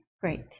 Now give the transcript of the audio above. great